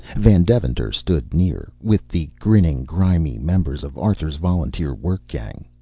van deventer stood near, with the grinning, grimy members of arthur's volunteer work gang.